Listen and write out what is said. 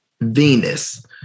Venus